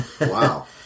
wow